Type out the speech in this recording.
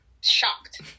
shocked